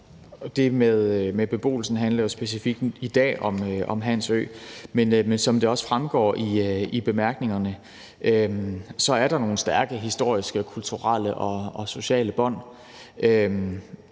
Det med beboelsen handler jo specifikt i dag om Hans Ø, men som det også fremgår i bemærkningerne, er der nogle stærke historiske, kulturelle og sociale bånd